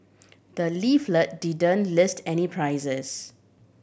the leaflet didn't list any prices